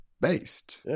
Based